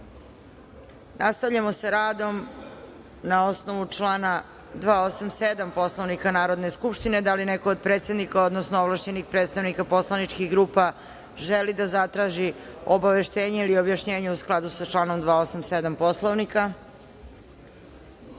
skupštine. Nastavljamo sa radom. Na osnovu člana 287. Poslovnika Narodne skupštine, da li neko od predsednika, odnosno ovlašćenih predstavnika poslaničkih grupa želi da zatraži obaveštenje ili objašnjenje u skladu sa članom 287. Poslovnika? Zagorka